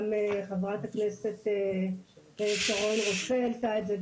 גם חברת הכנסת שרון רופא העלתה את זה,